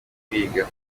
kwiga